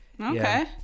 okay